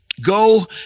go